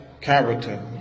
character